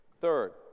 Third